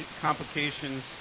complications